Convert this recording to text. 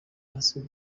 hasi